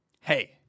hey